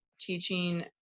teaching